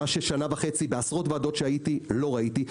מה שבשנה וחצי בעשרות ועדות שהייתי לא ראיתי.